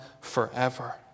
forever